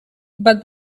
but